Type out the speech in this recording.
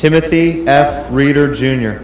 timothy f reader junior